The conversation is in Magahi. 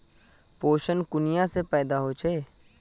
पोषण कुनियाँ से पैदा होचे?